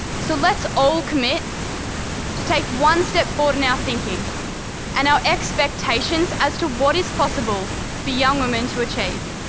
so let's all commit to take one step forward in our thinking and our expectations as to what is possible for young women to achieve.